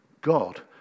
God